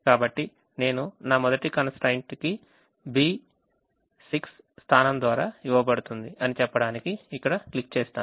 కాబట్టి నేను నా మొదటి constraints కి B6 స్థానం ద్వారా ఇవ్వబడుతుందిఅని చెప్పడానికిఇక్కడ క్లిక్ చేస్తాను